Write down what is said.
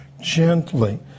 gently